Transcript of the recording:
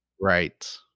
Right